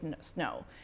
snow